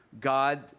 God